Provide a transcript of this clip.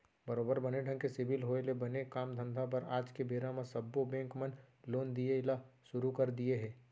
बरोबर बने ढंग के सिविल होय ले बने काम धंधा बर आज के बेरा म सब्बो बेंक मन लोन दिये ल सुरू कर दिये हें